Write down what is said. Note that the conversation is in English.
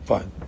Fine